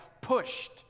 pushed